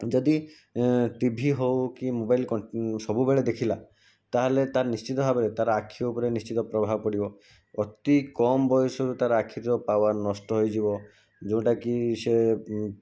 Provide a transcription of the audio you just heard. ଯଦି TV ହଉ କି ମୋବାଇଲ୍ ସବୁବେଳେ ଦେଖିଲା ତାହେଲେ ତା'ର ନିଶ୍ଚିନ୍ତ ଭାବରେ ତା'ର ଆଖି ଉପରେ ନିଶ୍ଚିନ୍ତ ପ୍ରଭାବ ପଡ଼ିବ ଅତି କମ୍ ବୟସରୁ ତା'ର ଆଖିର ପାୱାର୍ ନଷ୍ଟ ହେଇଯିବ ଯେଉଁଟାକି ସେ